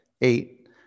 eight